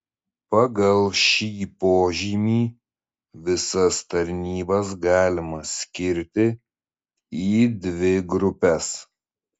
pagal šį požymį visas tarnybas galima skirti į dvi grupes